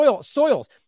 soils